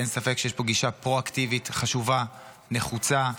אין ספק שיש פה גישה פרואקטיבית חשובה, נחוצה.